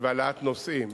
והעלאה של נוסעים.